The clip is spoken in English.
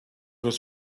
was